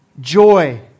Joy